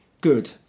good